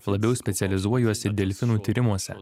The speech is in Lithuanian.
labiau specializuojuosi delfinų tyrimuose